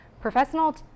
professional